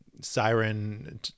Siren